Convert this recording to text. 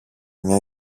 μια